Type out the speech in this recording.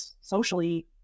socially